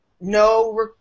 no